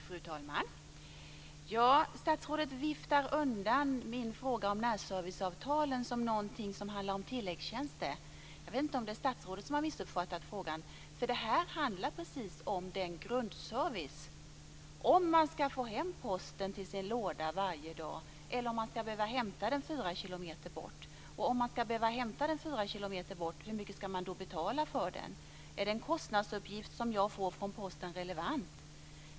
Fru talman! Statsrådet viftar undan min fråga om närserviceavtalen som någonting som handlar om tilläggstjänster. Jag vet inte om det är statsrådet som har missuppfattat frågan, för detta handlar om någonting som tillhör grundservicen. Det gäller om man ska få hem posten i sin brevlåda varje dag eller om man ska behöva att hämta den fyra kilometer hemifrån. Om man nu ska behöva hämta den, hur mycket ska man då betala för det? Är den kostnadsuppgift som jag får från Posten relevant?